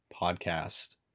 podcast